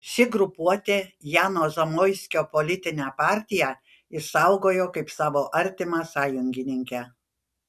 ši grupuotė jano zamoiskio politinę partiją išsaugojo kaip savo artimą sąjungininkę